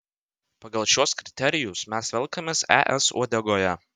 pagal šiuos kriterijus mes velkamės es uodegoje